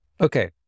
Okay